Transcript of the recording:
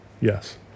yes